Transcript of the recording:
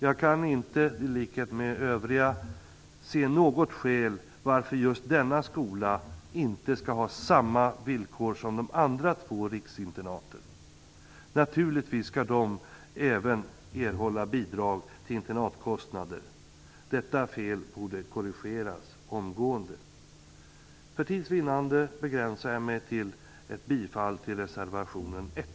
Jag kan i likhet med övriga inte se något skäl till att just denna skola inte skall ha samma villkor som de andra två riksinternaten. Naturligtvis skall även denna skola erhålla bidrag till internatkostnader. Detta fel borde korrigeras omgående. För tids vinnande begränsar jag mig till ett bifall till reservationen 1.